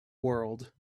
world